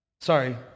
sorry